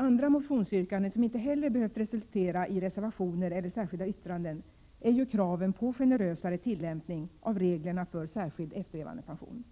Andra motionsyrkanden, som inte heller behövt resultera i reservationer eller särskilda yttranden, gäller kraven på generösare tillämpning av reglerna för särskild efterlevandepension.